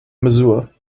mazur